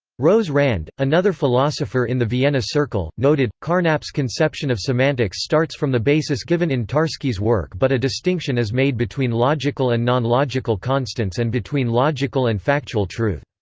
rose rand, another philosopher in the vienna circle, noted, carnap's conception of semantics starts from the basis given in tarski's work but a distinction is made between logical and non-logical constants and between logical and factual truth.